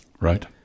Right